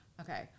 Okay